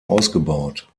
ausgebaut